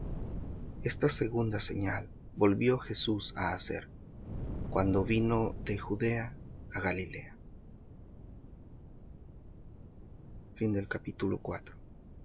esta segunda señal volvió jesús á hacer cuando vino de judea á galilea capítulo